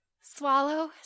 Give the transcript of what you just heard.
Swallow